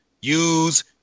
use